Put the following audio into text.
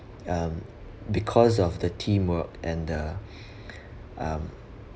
um because of the teamwork and the um